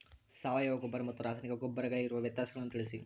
ಸಾವಯವ ಗೊಬ್ಬರ ಮತ್ತು ರಾಸಾಯನಿಕ ಗೊಬ್ಬರಗಳಿಗಿರುವ ವ್ಯತ್ಯಾಸಗಳನ್ನು ತಿಳಿಸಿ?